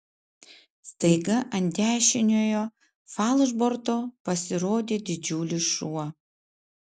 staiga ant dešiniojo falšborto pasirodė didžiulis šuo